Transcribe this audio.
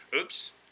Oops